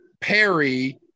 Perry